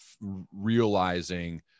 realizing